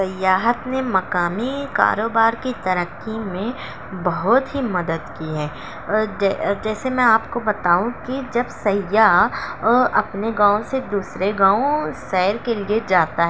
سیاحت میں مقامی کاروبار کی ترقی میں بہت ہی مدد کی ہے اور جیسے میں آپ کو بتاؤں کہ جب سیاح اپنے گاؤں سے دوسرے گاؤں سیر کے لیے جاتا ہے